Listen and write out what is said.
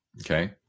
Okay